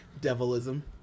Devilism